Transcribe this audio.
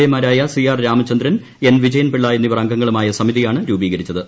A മാരായ C R Ramachandran N Vijayan Pillai എന്നിവർ അംഗങ്ങളുമായ സമിതിയാണ് രൂപീകരിച്ചത്